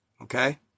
Okay